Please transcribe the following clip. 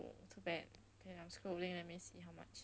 too bad I was hoping I could see how much